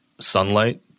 sunlight